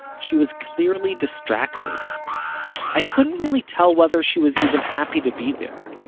she was clearly distracted i couldn't really tell whether she was even happy to be there.